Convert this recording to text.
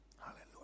Hallelujah